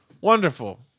Wonderful